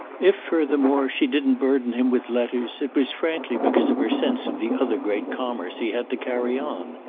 if furthermore she didn't burden him with letters it was frankly because of her sense of the other great commerce he had to carry on.